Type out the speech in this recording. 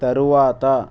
తరువాత